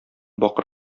бакыр